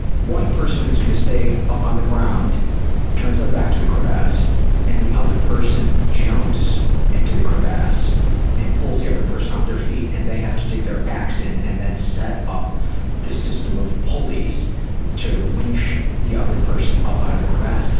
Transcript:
one person who's going to stay up on the ground turns their back to the crevasse and the other person jumps into the crevasse and pulls the other person off their feet and they have to dig their axe in and then set up the system of pulleys to winch the other person up out of the crevasse.